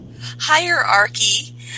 hierarchy